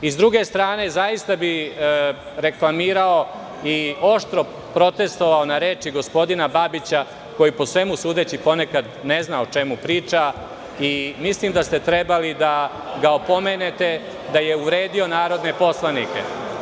S druge strane, zaista bi reklamirao i oštro protestvovao na reči gospodina Babića, svemu sudeći ponekad ne zna o čemu priča i mislim da ste trebali da ga opomenete da je uvredio narodne poslanike.